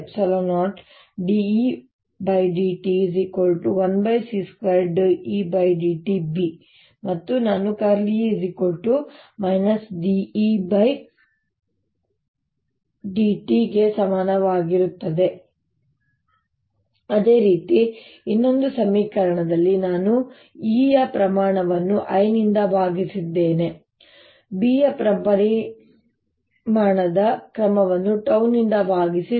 ಆದ್ದರಿಂದ ಸಮಯದ ಉದ್ದದ ಸ್ಕೇಲ್ l ಟೈಮ್ ಸ್ಕೇಲ್ 𝜏 ಮತ್ತು ವೇಗ ಅಥವಾ ವೇಗದ ಜೊತೆಗೆ ನಾನು ಈ ಸಮೀಕರಣವನ್ನು ಸ್ಥೂಲವಾಗಿ ಬರೆಯಬಹುದು B ಯ ಕರ್ಲ್ ಅನ್ನು L ನಿಂದ ಭಾಗಿಸಿದಂತೆ b ಯ ಪರಿಮಾಣವನ್ನು l ನಿಂದ ಭಾಗಿಸಿ ಅದು |B|l1c2|E||E|l|B| ಅದೇ ರೀತಿ ಇನ್ನೊಂದು ಸಮೀಕರಣದಲ್ಲಿ ನಾನು E ಯ ಪ್ರಮಾಣವನ್ನು l ನಿಂದ ಭಾಗಿಸಿದ್ದೇನೆ B ಯ ಪರಿಮಾಣದ ಕ್ರಮವನ್ನು𝜏 ನಿಂದ ಭಾಗಿಸಿ